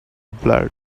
blood